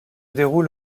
déroule